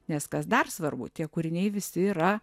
nes kas dar svarbu tie kūriniai visi yra